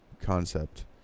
concept